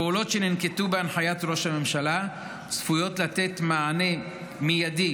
הפעולות שננקטו בהנחיית ראש הממשלה צפויות לתת מענה מיידי